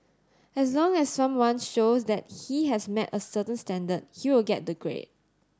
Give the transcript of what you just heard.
as long as someone shows that he has met a certain standard he will get the grade